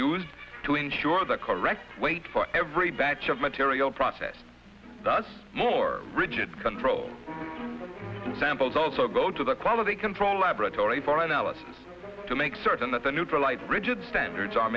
used to ensure the correct wait for every batch of material process thus more rigid control samples also go to the quality control laboratory for analysis to make certain that the neutralized rigid standards are